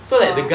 oh